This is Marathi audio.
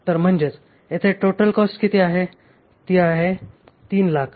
तर म्हणजेच येथे टोटल खर्च किती आहे तो आहे 300000